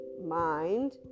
mind